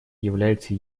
является